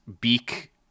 beak